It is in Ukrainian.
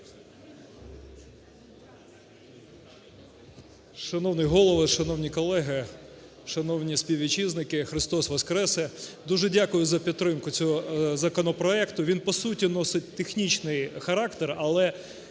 Шановний голово! Шановні колеги! Шановні співвітчизники! Христос Воскресе! Дуже дякую за підтримку цього законопроекту. Він, по суті, носить технічний характер, але